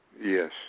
Yes